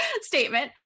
statement